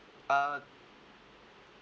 uh